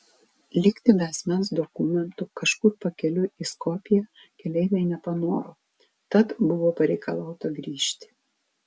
likti be asmens dokumentų kažkur pakeliui į skopję keleiviai nepanoro tad buvo pareikalauta grįžti